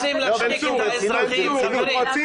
--- אם רוצים לדבר על נתונים